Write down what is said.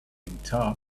guitar